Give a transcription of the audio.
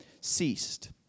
ceased